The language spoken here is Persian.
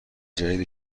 جدید